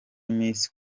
miss